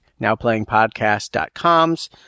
NowPlayingPodcast.com's